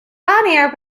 bonnier